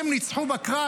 הם ניצחו בקרב,